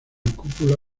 cúpula